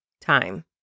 time